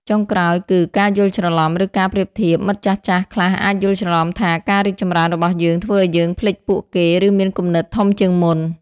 ចុងក្រោយ គឺ ការយល់ច្រឡំ ឬការប្រៀបធៀប មិត្តចាស់ៗខ្លះអាចយល់ច្រឡំថាការរីកចម្រើនរបស់យើងធ្វើឱ្យយើងភ្លេចពួកគេ ឬមានគំនិតធំជាងមុន។